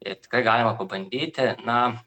ir tikrai galima pabandyti na